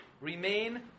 remain